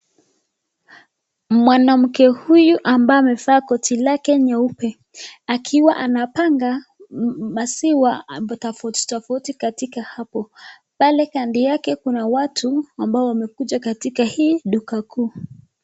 Mwanamke huyu ambaye amevaa koti lake nyeupe akiwa anapanga maziwa tofauti tofauti katika hapo, pale Kando yake kuna watu ambao wamekuja katika hii duka kuu.